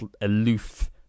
aloof